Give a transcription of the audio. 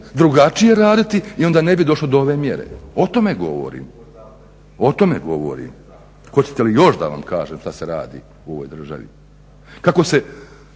drugačije raditi i onda ne bi došlo do ove mjere. O tome govorim. Hoćete li još da vam kažem što se radi u ovoj državi, kako se